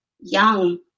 young